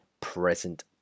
present